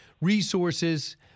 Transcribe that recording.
resources